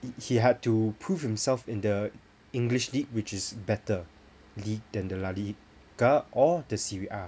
he had to prove himself in the english league which is better than the la liga or the serie a